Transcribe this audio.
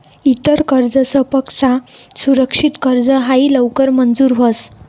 इतर कर्जसपक्सा सुरक्षित कर्ज हायी लवकर मंजूर व्हस